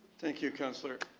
thank you, councillor.